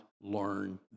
learn